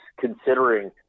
considering